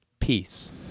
peace